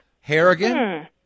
harrigan